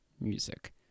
music